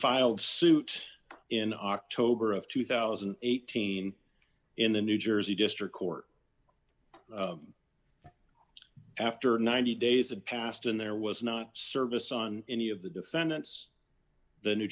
filed suit in october of two thousand and eighteen in the new jersey district court after ninety days had passed and there was not service on any of the defendants the new